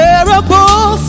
terrible